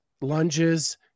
lunges